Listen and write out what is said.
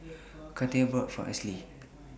Katheryn bought For Ashlie